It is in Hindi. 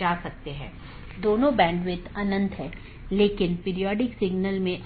या अपडेट संदेश प्रोटोकॉल BGP में उपयोग किया जाता है हम उस पर आएँगे कि अपडेट क्या है